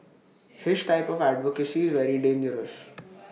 his type of advocacy is very dangerous